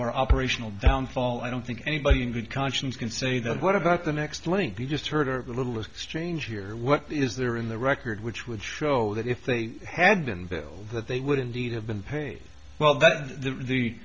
our operational downfall i don't think anybody in good conscience can say that what about the next link be just heard a little exchange here what is there in the record which would show that if they had been veiled that they would indeed have been paid well that the